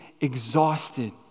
exhausted